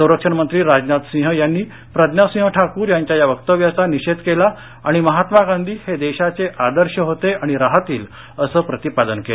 संरक्षणमंत्री राजनाथ सिंह यांनी प्रज्ञासिंह ठाकूर यांच्या या वक्तव्याचा निषेध केला आणि महात्मा गांधी हे देशाचे आदर्श होते आणि राहतील असं प्रतिपादन केलं